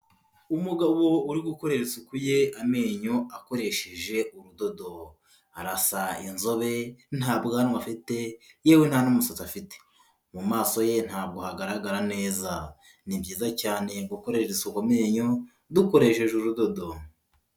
Umugabo uri gukoresha isuku ye amenyo akoresheje urudodo, arasa inzobe, nta bwanwa afite ,yewe nta n'umusatsi afite, mumaso ye ntabwo hagaragara neza. Ni byiza cyane gukoresha isuko amenyo dukoresheje urudodo.